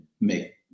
make